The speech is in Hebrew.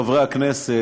חברי הכנסת,